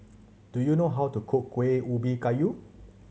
do you know how to cook Kuih Ubi Kayu